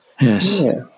Yes